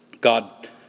God